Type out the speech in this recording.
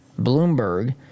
Bloomberg –